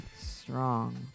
strong